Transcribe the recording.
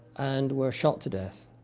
and were shot to death.